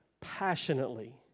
passionately